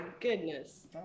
goodness